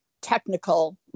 technical